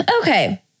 Okay